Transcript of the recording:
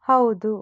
ಹೌದು